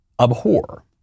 abhor